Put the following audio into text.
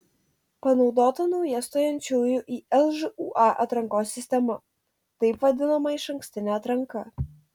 panaudota nauja stojančiųjų į lžūa atrankos sistema taip vadinama išankstinė atranka